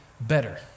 better